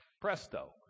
presto